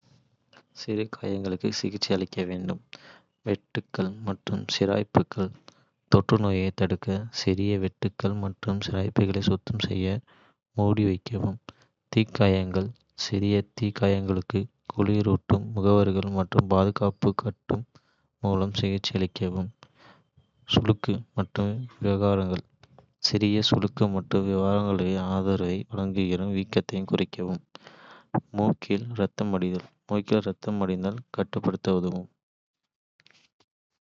சிறு காயங்களுக்கு சிகிச்சை அளிக்க வேண்டும். வெட்டுக்கள் மற்றும் சிராய்ப்புகள் தொற்றுநோயைத் தடுக்க சிறிய வெட்டுக்கள் மற்றும் சிராய்ப்புகளை சுத்தம் செய்து மூடி வைக்கவும். தீக்காயங்கள் சிறிய தீக்காயங்களுக்கு குளிரூட்டும் முகவர்கள் மற்றும் பாதுகாப்பு கட்டுகள் மூலம் சிகிச்சையளிக்கவும். சுளுக்கு மற்றும் விகாரங்கள் சிறிய சுளுக்கு மற்றும் விகாரங்களுக்கு ஆதரவை வழங்கவும் வீக்கத்தைக் குறைக்கவும். மூக்கில் இரத்தம் வடிதல் மூக்கில் இரத்தம் வடிதலைக் கட்டுப்படுத்த உதவும்.